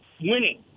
winning